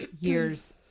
years